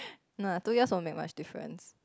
no lah two years won't make much difference